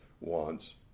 wants